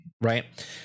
Right